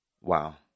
Wow